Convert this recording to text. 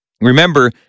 Remember